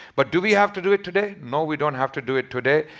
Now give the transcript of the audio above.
but do we have to do it today? no we don't have to do it today.